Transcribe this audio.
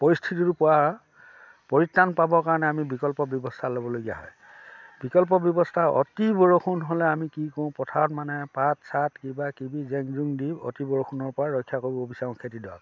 পৰিস্থিতিটোৰ পৰা পৰিত্ৰাণ পাবৰ কাৰণে আমি বিকল্প ব্যৱস্থা ল'বলগীয়া হয় বিকল্প ব্যৱস্থা অতি বৰষুণ হ'লে আমি কি কৰোঁ পথাৰত মানে পাত চাত কিবাকিবি জেং জোং দি অতি বৰষুণৰ পৰা ৰক্ষা কৰিব বিচাৰোঁ খেতিডৰাক